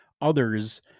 others